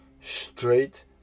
straight